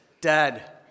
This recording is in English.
Dad